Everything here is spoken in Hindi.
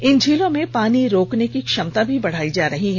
इन झीलों में पानी रोकने की झमता भी बढ़ायी जा रही है